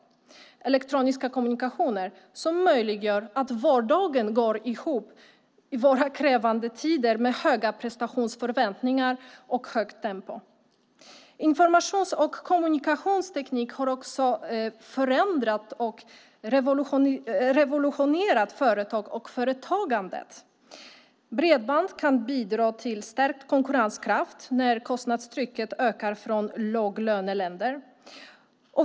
Elektroniska kommunikationer ska möjliggöra att vardagen går ihop i våra krävande tider med höga prestationsförväntningar och högt tempo. Informations och kommunikationsteknik har också förändrat och revolutionerat företag och företagande. Bredband kan bidra till stärkt konkurrenskraft när kostnadstrycket ökar från låglöneländer.